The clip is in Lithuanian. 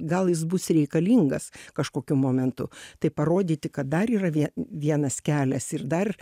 gal jis bus reikalingas kažkokiu momentu tai parodyti kad dar yra vie vienas kelias ir dar